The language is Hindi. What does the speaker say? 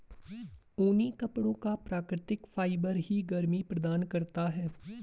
ऊनी कपड़ों का प्राकृतिक फाइबर ही गर्मी प्रदान करता है